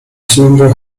cylinder